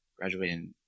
graduating